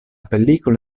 pellicola